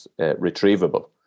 retrievable